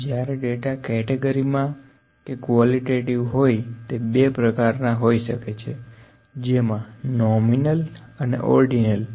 તો જ્યારે ડેટા કેટેગરીમાં કે કવોલીટેટીવ હોય તે બે પ્રકારના હોઈ શકે છે જેમાં નોમીનલ અને ઓર્ડીનલ